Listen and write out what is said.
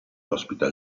ospita